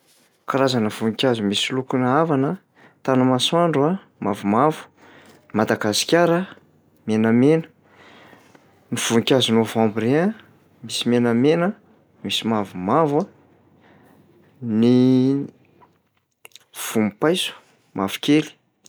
Karazana voninkazo misy lokonà avana: tanamasoandro a, mavomavo; madagasikara menamena; ny voninkazo novembrien misy menamena, misy mavomavo a; ny vonim-paiso mavokely.